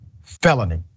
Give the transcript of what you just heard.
felony